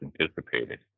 anticipated